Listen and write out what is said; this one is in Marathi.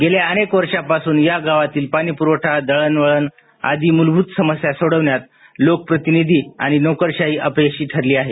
गेल्या अनेक वर्षा पासून या गावांतील पाणी पुरवठा दळणवळण आदी मूलभूत सोडवण्यात लोकप्रतिनिधी आणि नोकरशाही अपयशी ठरली आहे